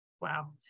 wow